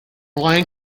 line